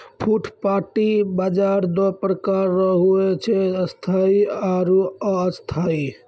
फुटपाटी बाजार दो प्रकार रो हुवै छै स्थायी आरु अस्थायी